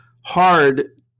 hard